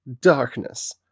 darkness